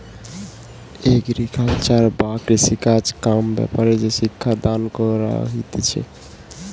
agriculture বা কৃষিকাজ কাম ব্যাপারে যে শিক্ষা দান কইরা হতিছে